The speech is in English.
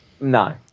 No